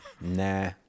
Nah